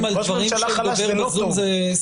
ראש ממשלה חלש זה לא טוב.